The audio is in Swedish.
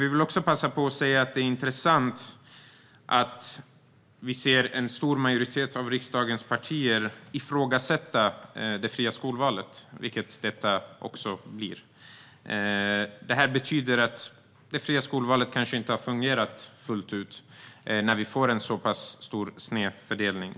Vi vill också passa på att säga att det är intressant att se en stor majoritet av riksdagens partier ifrågasätta det fria skolvalet, vilket detta innebär. Det kanske betyder att det fria skolvalet inte har fungerat fullt ut, eftersom vi har fått en sådan snedfördelning.